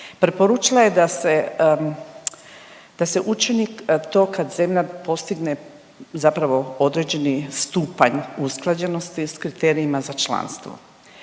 preporučila je da se, da se učini to kad zemlja postigne zapravo određeni stupanj usklađenosti s kriterijima za članstvo.